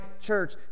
church